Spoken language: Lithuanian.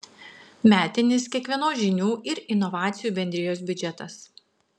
metinis kiekvienos žinių ir inovacijų bendrijos biudžetas